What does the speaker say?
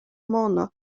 mono